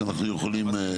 שאנחנו יכולים.